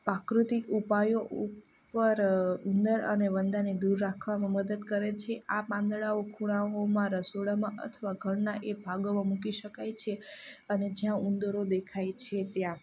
પ્રાકૃતિક ઉપાયો ઉપર ઉંદર અને વંદાને દૂર રાખવામાં મદદ કરે છે આ પાંદડાઓ ખૂણાઓમાં રસોડામાં અથવા ઘરના એ ભાગો મૂકી શકાય છે અને જ્યાં ઉંદરો દેખાય છે ત્યાં